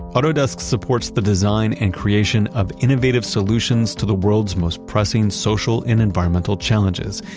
autodesk supports the design and creation of innovative solutions to the world's most pressing social and environmental challenges,